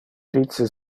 dice